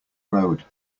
road